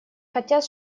хотят